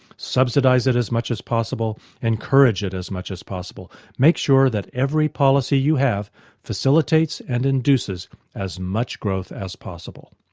subsidise it as much as possible, encourage it as much as possible. make sure that every policy you have facilitates and induces as much growth as possible.